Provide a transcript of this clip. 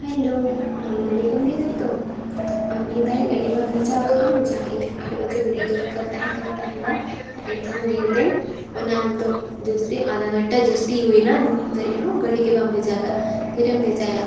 hello ᱟᱢ ᱢᱟᱞᱤᱠᱮᱢ ᱞᱟᱹᱭ ᱮᱫᱟ ᱛᱚ ᱱᱤᱛ ᱦᱟᱨᱤᱡ ᱜᱟᱹᱰᱤ ᱵᱟᱢ ᱵᱷᱮᱡᱟᱣ ᱟᱠᱟᱫᱼᱟ ᱡᱟᱦᱟᱸ ᱤᱧ ᱟᱴ ᱵᱟᱡᱮ ᱜᱟᱹᱰᱤ ᱫᱚᱨᱠᱟᱨ ᱛᱟᱦᱮᱸ ᱠᱟᱱ ᱛᱟᱦᱮᱫᱟ ᱮᱠᱡᱟᱢ ᱫᱤᱭᱟᱹᱛᱮ ᱚᱱᱟ ᱱᱤᱛᱚᱝ ᱡᱟᱹᱥᱛᱤ ᱟᱫᱷᱟ ᱜᱷᱚᱱᱴᱟ ᱡᱟᱹᱥᱛᱤ ᱦᱩᱭ ᱮᱱᱟ ᱩᱱᱜᱷᱟᱲᱤᱡ ᱦᱚᱸ ᱜᱟᱹᱰᱤᱜᱮ ᱵᱟᱢ ᱵᱷᱮᱡᱟ ᱟᱠᱟᱫᱼᱟ ᱛᱤᱨᱮᱢ ᱵᱷᱮᱡᱟᱭᱟ